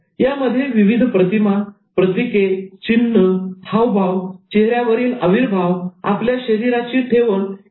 यामध्ये विविध प्रतिमा प्रतीके चिन्ह हावभाव चेहऱ्यावरील अविर्भाव आपल्या शरीराची ठेवण इ